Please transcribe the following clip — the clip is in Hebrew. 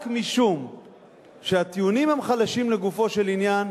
רק משום שהטיעונים הם חלשים לגופו של עניין,